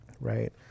right